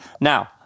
Now